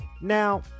Now